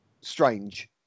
strange